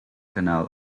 canal